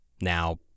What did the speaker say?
Now